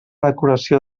decoració